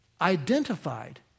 identified